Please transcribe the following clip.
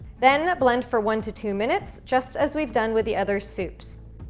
then blend for one to two minutes just as we've done with the other soups.